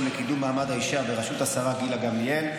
לקידום מעמד האישה בראשות השרה גילה גמליאל,